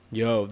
yo